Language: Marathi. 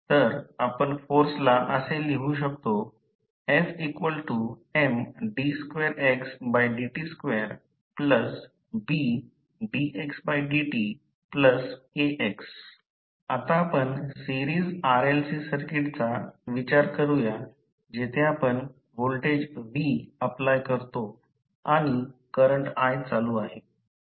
तर आपण फोर्सला असे लिहू शकतो FMd2xdt2BdxdtKx आता आपण सिरीस RLC सर्किटचा विचार करूया जेथे आपण व्होल्टेज V अप्लाय करतो आणि करंट i चालू आहे